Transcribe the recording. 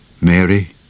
Mary